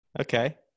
Okay